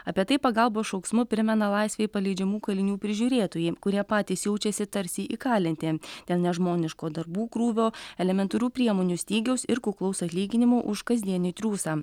apie tai pagalbos šauksmu primena laisvėj paleidžiamų kalinių prižiūrėtojai kurie patys jaučiasi tarsi įkalinti dėl nežmoniško darbų krūvio elementarių priemonių stygiaus ir kuklaus atlyginimo už kasdienį triūsą